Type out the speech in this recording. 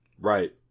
Right